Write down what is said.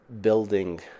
building